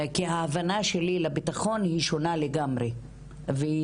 כי ההבנה שלי לביטחון היא שונה לגמרי והיא